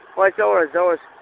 ꯍꯣꯏ ꯆꯠꯂꯨꯔꯁꯤ ꯆꯠꯂꯨꯔꯁꯤ